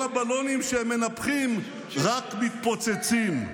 שכל הבלונים שהם מנפחים רק מתפוצצים.